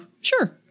sure